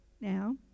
now